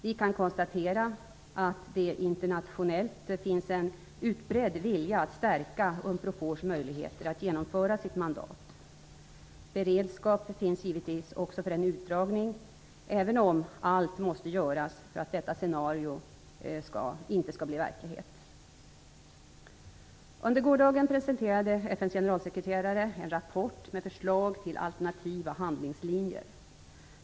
Vi kan konstatera att det internationellt finns en utbredd vilja att stärka Unprofors möjligheter att genomföra sitt mandat. Beredskap finns givetvis också för en urdragning, även om allt måste göras för att detta scenario inte skall bli verklighet. Under gårdagen presenterade FN:s generalsekreterare en rapport med förslag till alternativa handlingslinjer.